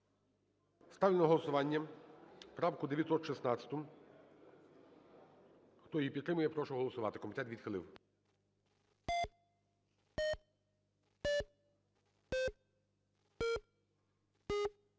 Ставлю на голосування правку 945. Хто підтримує, я прошу голосувати. Комітет відхилив.